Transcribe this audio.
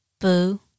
Boo